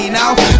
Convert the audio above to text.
Now